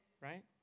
right